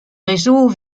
réseaux